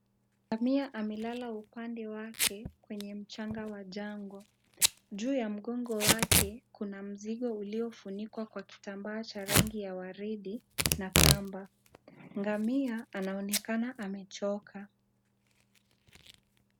Ngamia amelala upande wake kwenye mchanga wa jangwa . Juu ya mgongo wake kuna mzigo uliofunikwa kwa kitambaa cha rangi ya waridi na kamba . Ngamia anaonekana amechoka .